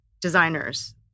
designers